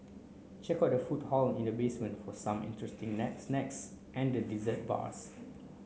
check out the food hall in the basement for some interesting necks snacks and the dessert bars